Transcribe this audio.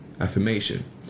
affirmation